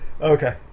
Okay